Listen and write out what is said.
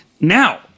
Now